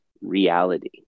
reality